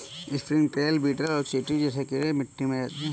springtail, beetle और चींटियां जैसे कीड़े मिट्टी में रहते हैं